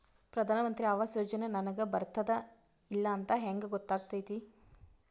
ಪ್ರಧಾನ ಮಂತ್ರಿ ಆವಾಸ್ ಯೋಜನೆ ನನಗ ಬರುತ್ತದ ಇಲ್ಲ ಅಂತ ಹೆಂಗ್ ಗೊತ್ತಾಗತೈತಿ?